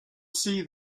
see